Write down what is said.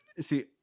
see